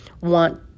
want